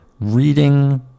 reading